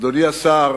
אדוני השר,